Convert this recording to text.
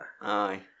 Aye